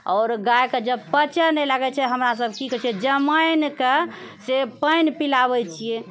आओर गायके जब पचय नहि लागैत छै हमरासभ की करैत छियै जमाइनके से पानि पिलाबैत छियै